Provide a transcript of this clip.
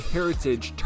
Heritage